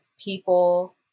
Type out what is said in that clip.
People